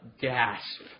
gasp